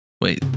Wait